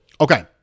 Okay